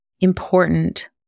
important